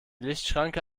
lichtschranke